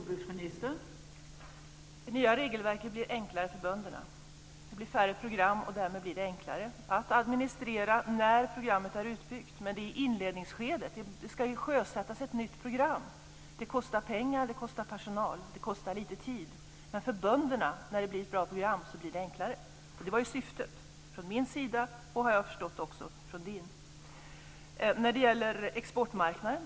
Fru talman! Det nya regelverket blir enklare för bönderna. Det blir färre program, och därmed blir det enklare att administrera när programmet är utbyggt. Men nu är det i inledningsskedet. Det ska sjösättas ett nytt program. Det kostar pengar, personal och tid. Men för bönderna blir det enklare, och det var det som var syftet från min sida och - som jag har förstått det - från Dan Ericssons sida.